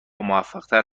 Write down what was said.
موفقتر